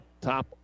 top